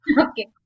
Okay